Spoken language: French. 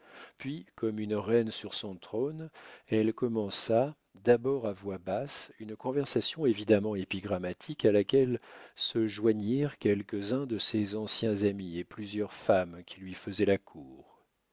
puis comme une reine sur son trône elle commença d'abord à voix basse une conversation évidemment épigrammatique à laquelle se joignirent quelques-uns de ses anciens amis et plusieurs femmes qui lui faisaient la cour